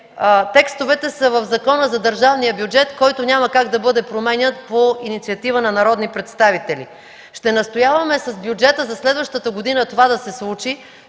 текстовете са в Закона за държавния бюджет, който няма как да бъде променян по инициатива на народни представители. Ще настояваме с бюджета за следващата година това да се случи,